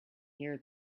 here